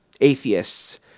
atheists